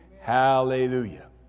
Hallelujah